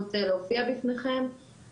ההזדמנות להופיע בפניכם,